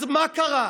אז מה קרה?